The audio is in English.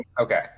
Okay